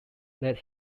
led